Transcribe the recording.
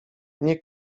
nie